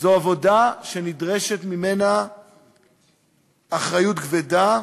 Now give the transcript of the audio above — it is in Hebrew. זו עבודה שנדרשת בה אחריות כבדה,